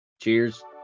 cheers